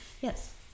yes